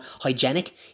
hygienic